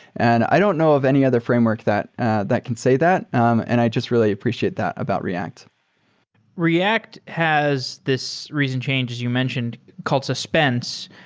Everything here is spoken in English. and i don't know of any other framework that that can say that and i just really appreciate that about react react has this recent changes you mentioned suspense,